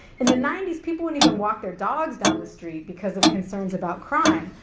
in the ninety s, people didn't even walk their dogs down the street because of concerns about crime,